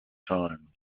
times